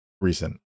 recent